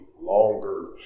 longer